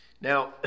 Now